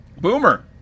Boomer